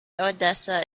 odessa